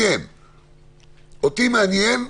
מה שאותי מעניין,